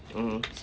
mmhmm